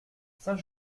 saint